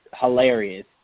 hilarious